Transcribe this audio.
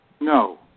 No